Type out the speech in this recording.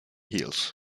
hills